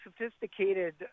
sophisticated